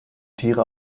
tiere